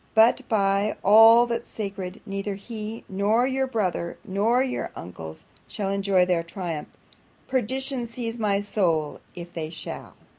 but, by all that's sacred, neither he, nor your brother, nor your uncles, shall enjoy their triumph perdition seize my soul, if they shall!